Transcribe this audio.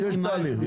יש תהליך.